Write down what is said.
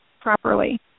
properly